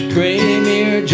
Premier